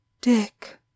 Dick